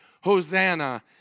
Hosanna